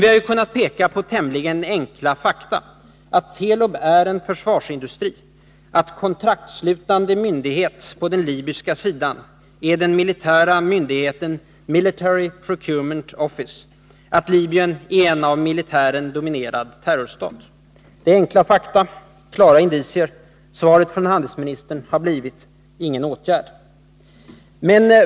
Vi har dock kunnat peka på tämligen enkla fakta: att Telub är en försvarsindustri, att kontraktsslutande part på den libyska sidan är den militära myndigheten Military Procurement Office och att Libyen är en av militären dominerad terrorstat. Det är enkla fakta och klara indicier. Svaret från handelsministern har blivit: Ingen åtgärd.